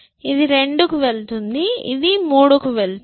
ఇది 2 కి వెళుతుంది ఇది 3 కి వెళ్తుంది